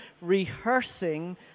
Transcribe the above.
rehearsing